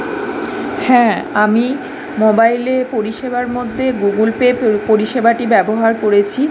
হ্যাঁ আমি মোবাইলে পরিষেবার মধ্যে গুগুল পে প পরিষেবাটি ব্যবহার করেছি